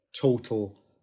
total